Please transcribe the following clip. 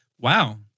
wow